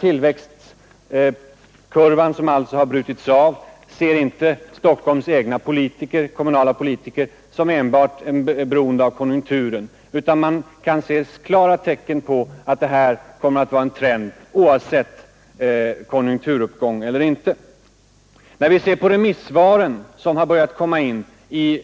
Tillväxtkurvan som alltså har brutits av ser inte Stockholms egna kommunalpolitiker som enbart beroende av konjunkturen, utan man kan märka tydliga tecken på att det finns en trend i riktning mot minskad befolkning, oavsett konjunkturläget. När vi tar del av remissvaren beträffande